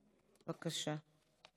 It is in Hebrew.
בבקשה.